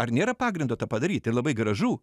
ar nėra pagrindo tą padaryti ir labai gražu